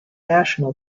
national